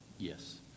Yes